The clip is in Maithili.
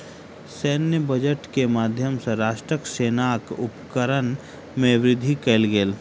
सैन्य बजट के माध्यम सॅ राष्ट्रक सेनाक उपकरण में वृद्धि कयल गेल